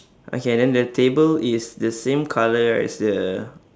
okay then the table is the same colour as the